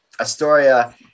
Astoria